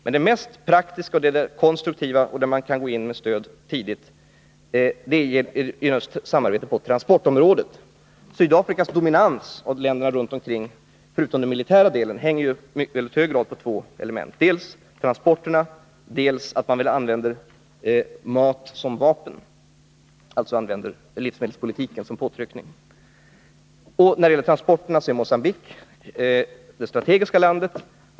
Men den mest praktiska och konstruktiva delen, där man tidigt kan gå in med stöd, är samarbete på transportområdet. Sydafrikas dominans över länderna runt omkring hänger förutom på den rent militära faktorn i mycket hög grad på två element: dels transporterna, dels användningen av mat som vapen. Man använder alltså livsmedelspolitiken som påtryckningsmedel. När det gäller transporterna är Mogambique det strategiska landet.